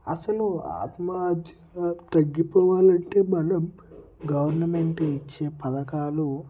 అసలు ఆత్మహత్య తగ్గిపోవాలంటే మనం గవర్నమెంట్ ఇచ్చే పథకాలు